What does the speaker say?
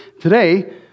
Today